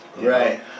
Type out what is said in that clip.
Right